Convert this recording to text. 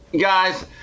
Guys